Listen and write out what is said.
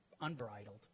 unbridled